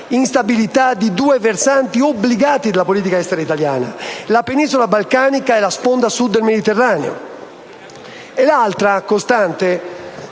instabilità di due versanti obbligati della politica estera italiana: la penisola balcanica e la sponda Sud del Mediterraneo. L'altra costante,